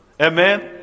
Amen